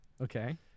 okay